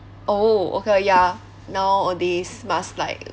oh okay ya nowadays must like